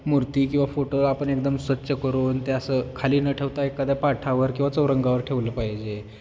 मूर्ती किंवा फोटो आपण एकदम स्वच्छ करून त्या असं खाली न ठेवता एखाद्या पाटावर किंवा चौरंगावर ठेवलं पाहिजे